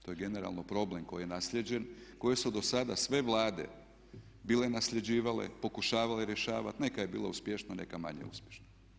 To je generalno problem koji je naslijeđen, koji su dosada sve Vlade bile nasljeđivale, pokušavale rješavat, neka je bila uspješnija, neka manje uspješna.